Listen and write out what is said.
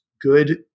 Good